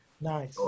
Nice